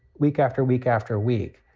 week after week after week,